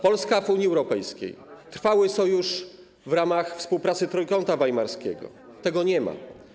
Polska w Unii Europejskiej, trwały sojusz w ramach współpracy Trójkąta Weimarskiego - tego nie ma.